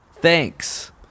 Thanks